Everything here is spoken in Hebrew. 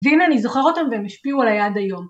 והנה אני זוכר אותם, והם השפיעו עליי עד היום.